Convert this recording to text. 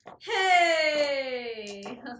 Hey